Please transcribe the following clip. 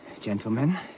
Gentlemen